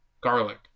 Garlic